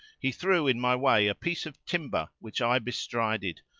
he threw in my way a piece of timber which i bestrided,